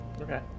Okay